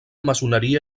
maçoneria